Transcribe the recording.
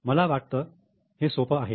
मला वाटतं हे सोपं आहे